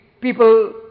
people